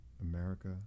America